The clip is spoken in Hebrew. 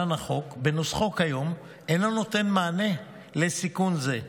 בנוסחו כיום אינו נותן מענה לסיכון זה.